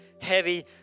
heavy